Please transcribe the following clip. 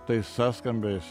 tais sąskambiais